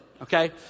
okay